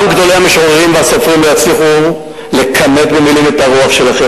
גם גדולי המשוררים והסופרים לא יצליחו לכמת במלים את הרוח שלכם.